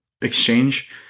exchange